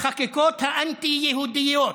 החקיקות האנטי-יהודיות,